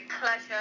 pleasure